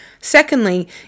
Secondly